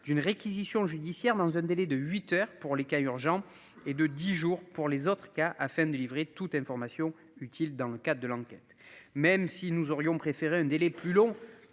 d'une réquisition judiciaire dans un délai de 8h pour les cas urgents et de 10 jours pour les autres cas afin de livrer toute information utile dans le cadre de l'enquête, même si nous aurions préféré un délai plus long